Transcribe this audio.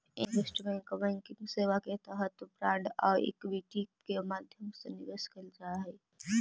investment banking सेवा के तहत बांड आउ इक्विटी के माध्यम से निवेश कैल जा हइ